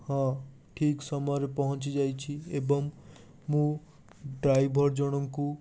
ହଁ ଠିକ୍ ସମୟରେ ପହଞ୍ଚି ଯାଇଛି ଏବଂ ମୁଁ ଡ୍ରାଇଭର୍ ଜଣଙ୍କୁ